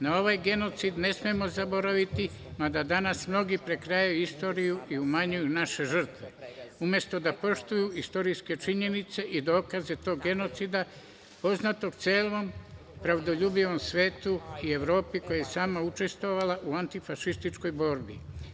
Na ovaj genocid ne smemo zaboraviti, mada danas mnogi prekrajaju istoriju i umanjuju naše žrtve, umesto da poštuju dokaze i istorijske činjenice tog genocida poznatog celom pravdoljubivom svetu i Evropi, koja je sama učestvovala u antifašističkoj borbi.